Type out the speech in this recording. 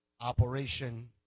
Operation